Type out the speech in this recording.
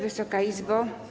Wysoka Izbo!